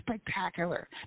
spectacular